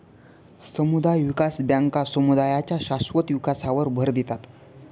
समुदाय विकास बँका समुदायांच्या शाश्वत विकासावर भर देतात